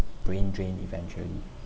brain drain eventually